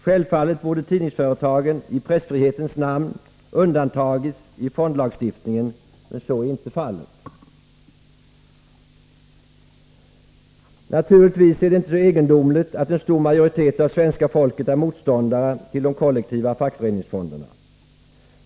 Självfallet borde tidningsföretagen i pressfrihetens namn undantagits i fondlagstiftningen, men så är inte fallet. Naturligtvis är det inte så egendomligt att en stor majoritet av svenska folket är motståndare till de kollektiva fackföreningsfonderna.